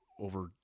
over